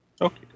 Okay